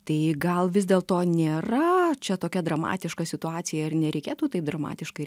tai gal vis dėlto nėra čia tokia dramatiška situacija ir nereikėtų taip dramatiškai